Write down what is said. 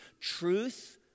Truth